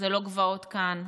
זה לא גבעות כאן.